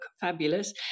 fabulous